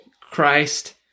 Christ